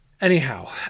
anyhow